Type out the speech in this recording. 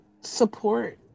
support